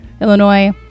Illinois